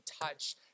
touch